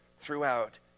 throughout